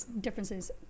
Differences